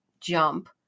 jump